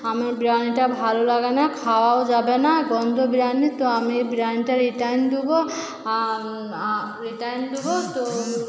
আমার বিরিয়ানিটা ভালো লাগে না খাওয়াও যাবে না গন্ধ বিরিয়ানি তো আমি এই বিরিয়ানিটা রিটার্ন দোবো রিটার্ন দেবো তো